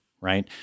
right